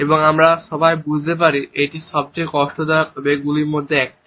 এবং আমরা সবাই বুঝতে পারি এটি সবচেয়ে কষ্টদায়ক আবেগগুলির মধ্যে একটি